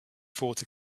fought